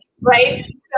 right